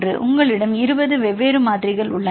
எனவே உங்களிடம் 20 வெவ்வேறு மதிப்புகள் உள்ளன